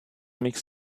makes